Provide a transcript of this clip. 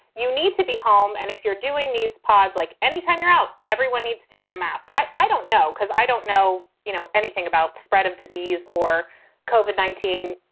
you need to be home. and if you're doing these pods, like anytime you're out, everyone needs to be in a mask. i i don't know because i don't know, you know anything about the spread of disease or covered nineteen.